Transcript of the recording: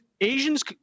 Asians